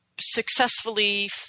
successfully